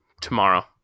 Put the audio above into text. tomorrow